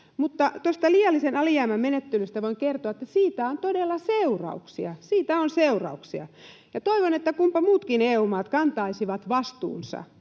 Tästä liiallisen alijäämän menettelystä voin kertoa, että siitä on todella seurauksia — siitä on seurauksia — ja toivon, että muutkin EU-maat kantaisivat vastuunsa